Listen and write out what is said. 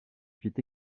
fit